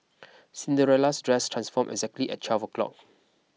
Cinderella's dress transformed exactly at twelve o' clock